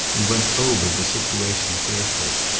and went over the situation carefully.